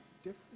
different